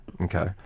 okay